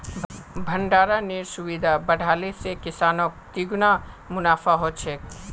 भण्डरानेर सुविधा बढ़ाले से किसानक तिगुना मुनाफा ह छे